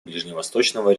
ближневосточного